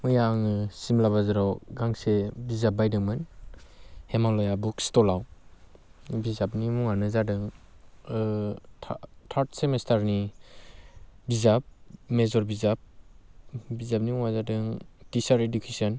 मैया आङो सिमला बाजाराव गांसे बिजाब बायदोंमोन हिमालया बुक स्टलाव बिदाबनि मुङानो जादों थार्ड सेमिस्टारनि बिजाब मेजर बिजाब बिजाबनि मुङा जादों टिचार इडुकेसन